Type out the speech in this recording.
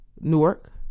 Newark